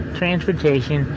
transportation